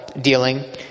dealing